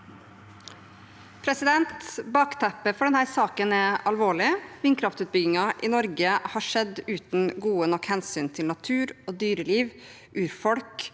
Bakteppet for denne saken er alvorlig. Vindkraftutbyggingen i Norge har skjedd uten gode nok hensyn til natur og dyreliv, urfolk